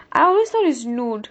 I always thought is nude